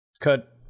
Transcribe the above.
Cut